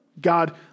God